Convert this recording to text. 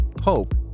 hope